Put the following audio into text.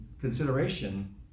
consideration